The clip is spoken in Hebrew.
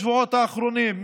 בשבועות האחרונים,